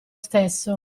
stesso